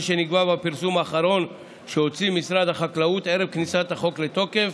שנקבע בפרסום האחרון שהוציא משרד החקלאות ערב כניסת החוק לתוקף.